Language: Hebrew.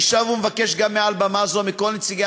אני שב ומבקש גם מעל במה זו מכל נציגי